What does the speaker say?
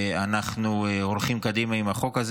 אנחנו הולכים קדימה עם החוק הזה.